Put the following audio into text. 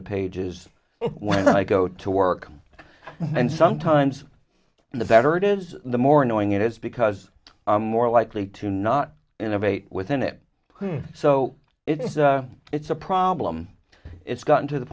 the pages when i go to work and sometimes the better it is the more annoying it is because i'm more likely to not innovate within it so if it's a problem it's gotten to the